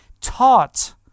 taught